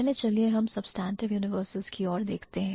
पहले चलिए हम substantive universals की ओर देखते हैं